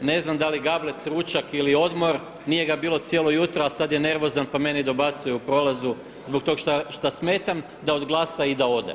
ne znam da li gablec, ručak ili odmor nije ga bilo cijelo jutro, a sada je nervozan pa meni dobacuje u prolazu zbog tog što smetam da odglasa i da ode.